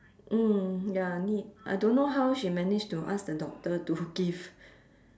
mm ya need I don't know how she managed to ask the doctor to give